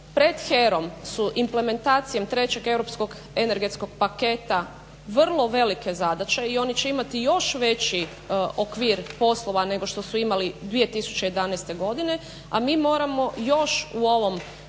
Pred HERA-om su implementacijom trećeg europskog energetskog paketa vrlo velike zadaće i oni će imati još veći okvir poslova nego što su imali 2011. godine, a mi moramo još u ovom